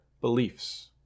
beliefs